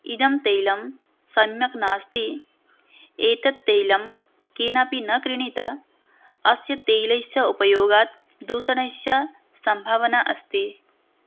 इदं तैलं सम्यक् नास्ति एतत् तैलं केनापि न क्रीणीत अस्य तैलस्य उपयोगात् दूषणस्य सम्भावना अस्ति